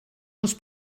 els